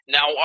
Now